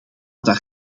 daar